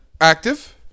active